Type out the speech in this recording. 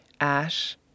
Ash